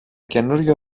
καινούριο